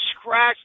scratched